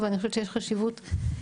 אבל אני חושבת שיש חשיבות לתגבר,